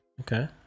okay